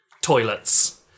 toilets